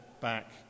back